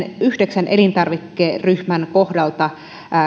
yhdeksän elintarvikeryhmän kohdalta